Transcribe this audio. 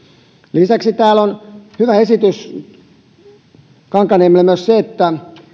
lisäksi täällä on hyvä esitys kankaanniemeltä myös se että